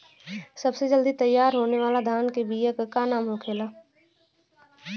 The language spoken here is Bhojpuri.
सबसे जल्दी तैयार होने वाला धान के बिया का का नाम होखेला?